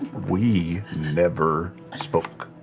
we never spoke.